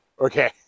Okay